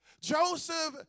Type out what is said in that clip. Joseph